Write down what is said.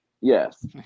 Yes